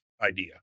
idea